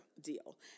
deal